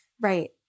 Right